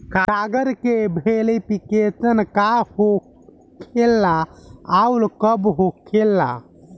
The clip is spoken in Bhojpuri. कागज के वेरिफिकेशन का हो खेला आउर कब होखेला?